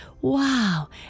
Wow